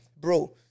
Bro